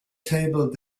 table